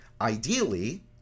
Ideally